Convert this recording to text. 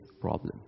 problem